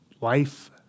life